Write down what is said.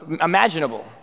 imaginable